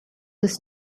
his